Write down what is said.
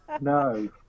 No